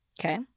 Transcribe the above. Okay